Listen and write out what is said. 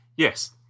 Yes